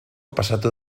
pasatu